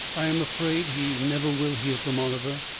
i am afraid he never will hear from oliver.